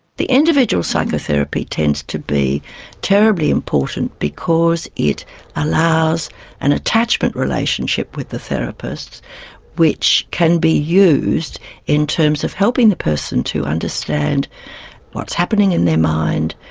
the individual psychotherapy tends to be terribly important because it allows an attachment relationship with the therapist which can be used in terms of helping the person to understand what's happening in their mind,